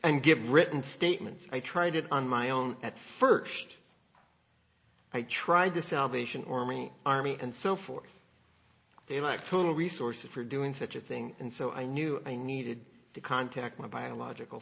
and give written statements i tried it on my own at first i tried to salvation or me army and so forth they like total resources for doing such a thing and so i knew i needed to contact my biological